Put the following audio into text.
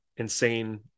insane